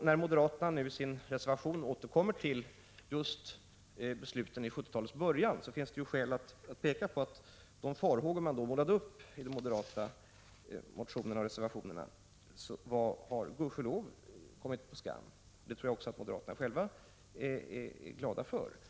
När moderaterna nu i sin reservation återkommer till just besluten i 1970-talets början finns det skäl att framhålla att de farhågor som moderaterna då målade upp i sina motioner och reservationer gudskelov har kommit på skam. Jag tror att moderaterna själva är glada över detta.